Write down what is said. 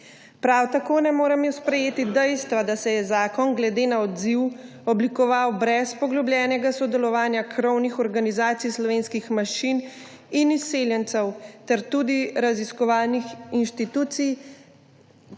Prav tako ne moremo sprejeti dejstva, da se je zakon glede na odziv oblikoval brez poglobljenega sodelovanja krovnih organizacij slovenskih manjšin in izseljencev ter tudi raziskovalnih inštitucij.